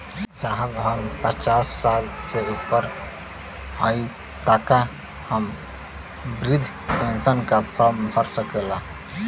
साहब हम पचास साल से ऊपर हई ताका हम बृध पेंसन का फोरम भर सकेला?